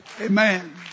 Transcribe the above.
amen